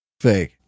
Fake